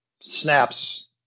snaps